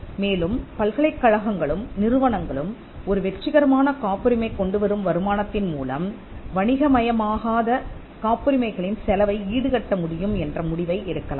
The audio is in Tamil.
மேலும் பல்கலைக்கழகங்களும் நிறுவனங்களும் ஒரு வெற்றிகரமான காப்புரிமை கொண்டு வரும் வருமானத்தின் மூலம் வணிகமயமாகாத காப்புரிமைகளின் செலவை ஈடுகட்ட முடியும் என்ற முடிவை எடுக்கலாம்